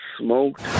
smoked